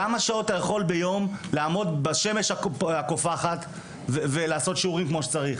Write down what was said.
כמה שעות ביום אתה יכול לעמוד בשמש הקופחת ולעשות שיעורים כמו שצריך?